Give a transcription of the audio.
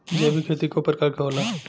जैविक खेती कव प्रकार के होला?